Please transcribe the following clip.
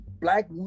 black